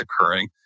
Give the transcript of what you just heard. occurring